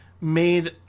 made